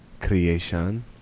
creation